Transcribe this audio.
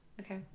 Okay